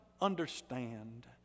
understand